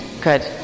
good